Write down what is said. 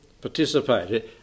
participate